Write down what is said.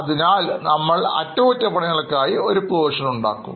തുടർന്ന് നമ്മൾ അറ്റകുറ്റപ്പണികൾക്കായി ഒരു Provision ഉണ്ടാക്കും